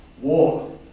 war